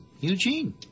Eugene